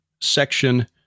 section